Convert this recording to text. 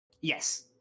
Yes